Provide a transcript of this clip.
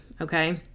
okay